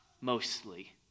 mostly